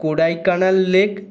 Kodaikanal lake